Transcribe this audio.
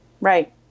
Right